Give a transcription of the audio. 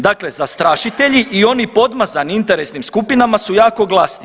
Dakle, zastrašitelji i oni podmazani interesnim skupinama su jako glasni.